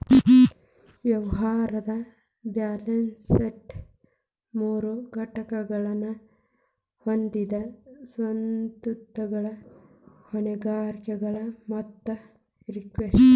ವ್ಯವಹಾರದ್ balance sheet ಮೂರು ಘಟಕಗಳನ್ನ ಹೊಂದೆದ ಸ್ವತ್ತುಗಳು, ಹೊಣೆಗಾರಿಕೆಗಳು ಮತ್ತ ಇಕ್ವಿಟಿ